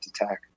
attack